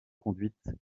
conduite